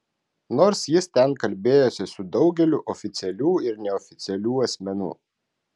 nors jis ten kalbėjosi su daugeliu oficialių ir neoficialių asmenų